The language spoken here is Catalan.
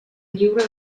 lliure